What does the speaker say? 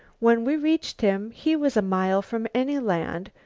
when we reached him he was a mile from any land,